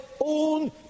own